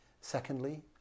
Secondly